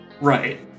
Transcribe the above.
Right